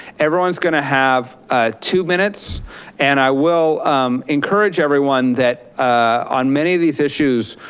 everyone's gonna have ah two minutes and i will encourage everyone that on many of these issues,